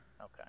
Okay